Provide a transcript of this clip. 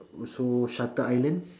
also shutter island